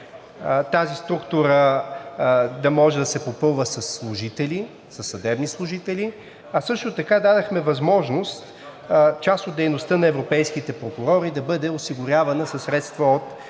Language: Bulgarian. тази структура да може да се попълва със съдебни служители, а също така дадохме възможност част от дейността на европейските прокурори да бъде осигурявана със средства от